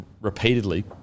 repeatedly